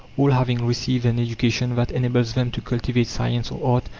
all having received an education that enables them to cultivate science or art,